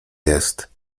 jest